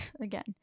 again